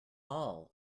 all